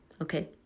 Okay